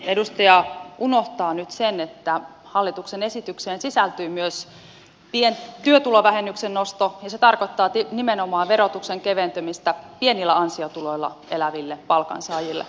edustaja unohtaa nyt sen että hallituksen esitykseen sisältyy myös työtulovähennyksen nosto ja se tarkoittaa nimenomaan verotuksen keventymistä pienillä ansiotuloilla eläville palkansaajille